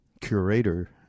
curator